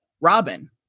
Robin